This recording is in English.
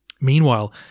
Meanwhile